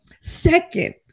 Second